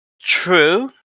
True